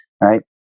right